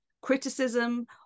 criticism